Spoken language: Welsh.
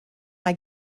mae